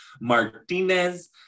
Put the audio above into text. martinez